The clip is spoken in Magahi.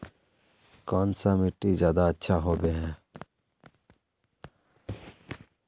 कौन सा मिट्टी ज्यादा अच्छा होबे है?